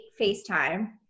FaceTime